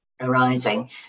arising